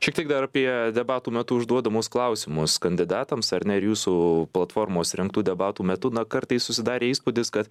šiek tiek dar apie debatų metu užduodamus klausimus kandidatams ar ne ir jūsų platformose rengtų debatų metu na kartais susidarė įspūdis kad